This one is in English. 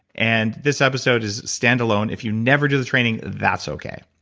and this episode is standalone. if you never do the training, that's okay.